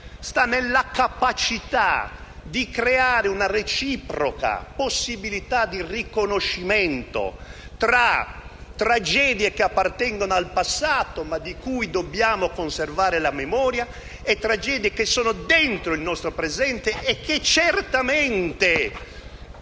qui: nella capacità di creare una reciproca possibilità di riconoscimento tra tragedie che appartengono al passato, ma di cui dobbiamo conservare la memoria, e tragedie che sono dentro il nostro presente e che certamente